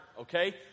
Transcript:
Okay